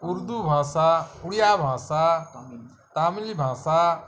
উর্দু ভাষা উড়িয়া ভাষা তামিল তামিল ভাষা